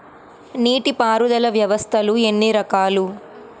నీటిపారుదల వ్యవస్థలు ఎన్ని రకాలు?